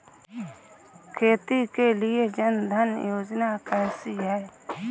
खेती के लिए जन धन योजना कैसी है?